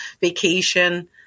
vacation